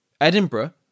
Edinburgh